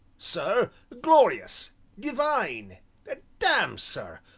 sir glorious divine damme, sir,